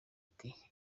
ati